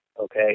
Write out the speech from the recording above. Okay